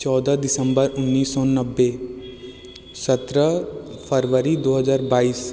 चौदह दिसम्बर उन्नीस सौ नब्बे सत्रह फरवरी दो हज़ार बाइस